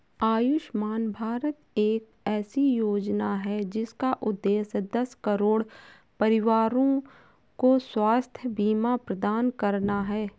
आयुष्मान भारत एक ऐसी योजना है जिसका उद्देश्य दस करोड़ परिवारों को स्वास्थ्य बीमा प्रदान करना है